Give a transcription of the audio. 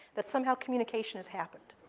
that somehow communication has happened.